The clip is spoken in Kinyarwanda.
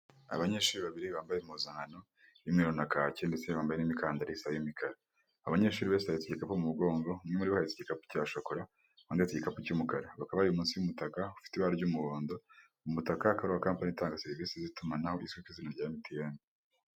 Abanyeshuri babiri bambaye impuzankano y'umweru na kaki, ndetse bambaye n'imikandara isa y'imikara. abanyeshuri bose bahetse igikapu mu mugongo, umwe muri bo ahestse igikapu cya shokora, abandi bahetse igikapu cy'umukara. Bakaba bari munsi y'umutaka ufite ibara ry'umuhondo, umutaka akaba ari uwa kapani itanga serivisi z'itumanaho izwi ku izina rya emutiyene.